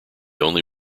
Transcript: only